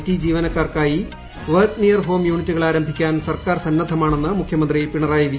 T ജീവനക്കാർക്കായി work near home യൂണിറ്റുകൾ ആരംഭിക്കാൻ സർക്കാർ സന്നദ്ധമാണെന്ന് മുഖൃമന്ത്രി പിണറായി വിജയൻ